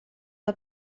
amb